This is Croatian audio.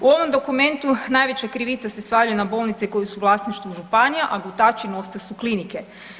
U ovom dokumentu najveća krivica se svaljuje na bolnice koje su u vlasništvu županija, a gutači novca su klinike.